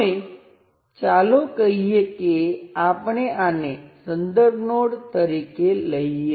હવે ચાલો આ બે કિસ્સાઓ એક પછી એક જોઈએ